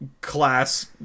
class